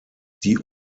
die